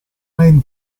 main